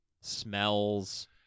smells